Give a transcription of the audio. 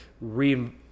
re